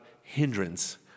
hindrance